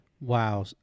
Wow